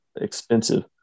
expensive